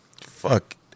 fuck